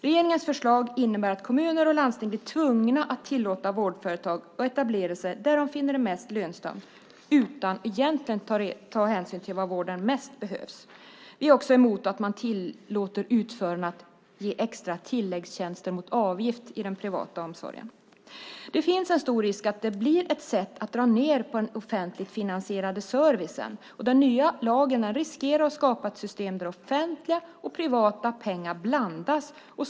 Regeringens förslag innebär att kommuner och landsting blir tvungna att tillåta vårdföretag att etablera sig där de finner det mest lönsamt - detta utan att egentligen ta hänsyn till var vården mest behövs. Vi är också emot att man tillåter utförarna att erbjuda extra tilläggstjänster mot avgift i den privata omsorgen. Risken är stor att det blir ett sätt att dra ned på den offentligt finansierade servicen. Den nya lagen riskerar att skapa ett system där offentliga och privata pengar blandas.